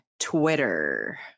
Twitter